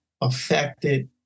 affected